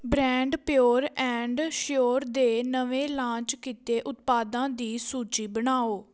brand pure and sure ਦੇ ਨਵੇਂ launch ਕੀਤੇ ਉਤਪਾਦਾਂ ਦੀ ਸੂਚੀ ਬਣਾਓ